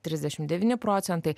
trisdešim devyni procentai